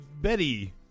Betty